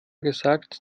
gesagt